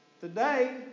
Today